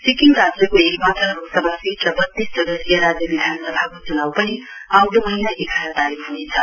सिक्किम राज्यको एकमात्र लोकसभा सीट र वत्तीस सदस्यीय राज्य विधानसभाको चुनाउ पनि आउँदो महीना एघार तारीक हुनेछ